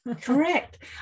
Correct